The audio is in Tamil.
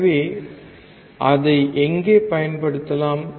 எனவே அதை எங்கே பயன்படுத்தலாம்